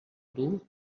dur